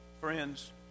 Friends